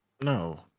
No